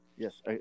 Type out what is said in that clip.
Yes